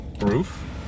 roof